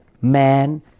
man